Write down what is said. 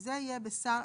זה יהיה בשר,